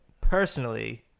personally